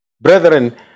Brethren